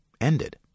ended